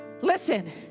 Listen